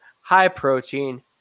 high-protein